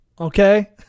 Okay